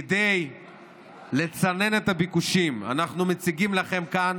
כדי לצנן את הביקושים, אנחנו מציגים לכם כאן